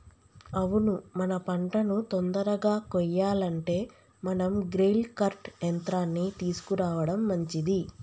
అవును మన పంటను తొందరగా కొయ్యాలంటే మనం గ్రెయిల్ కర్ట్ యంత్రాన్ని తీసుకురావడం మంచిది